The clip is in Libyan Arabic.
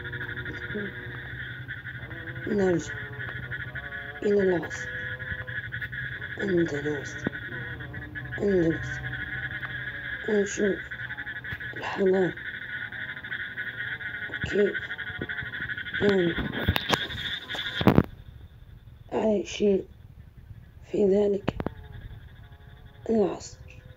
لو نقدر نرجع بالزمن لوقت معين، بنختار نمشي لوقت الرسول عليه الصلاة والسلام، باش نشوف كيف كانت حياته وحياة الصحابة وكيف تعاملوا مع الناس بكل بساطة وأخلاق، ونشوف كيف انتشر الإسلام بالكلمة الطيبة والعدل، ونتعلم منهم الصبر والحكمة، ونتمنى نكون حاضر في لحظة نزول الوحي على الرسول أو لما كانوا يصلوا جماعة في المسجد، ونتفرج على كيف كانوا متعاونين ومتحابين، لأن الزمن هذا مليان دروس وحكم مش ممكن تلقاها في أي عصر ثاني.